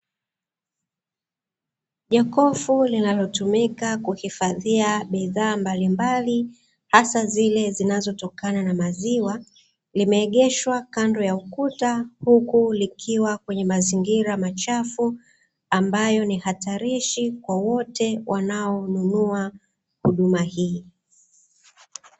Jokofu linalotumika kuhifadhia bidhaa mbalimbali, hasa zile zinazotokana na maziwa, limeegeshwa kando ya ukuta huku likiwa kwenye mazingira machafu, ambayo ni hatarishi kwa wote wanaonunua huduma hii.